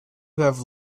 have